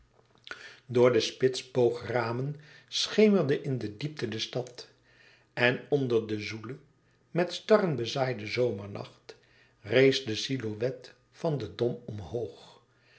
door de spitsboogramen schemerde in de diepte de stad en onder den zoelen met starren bezaaiden zomernacht rees de silhouet van den dom omhoog